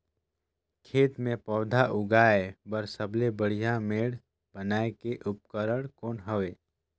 खेत मे पौधा उगाया बर सबले बढ़िया मेड़ बनाय के उपकरण कौन हवे?